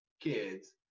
kids